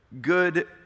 good